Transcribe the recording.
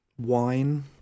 wine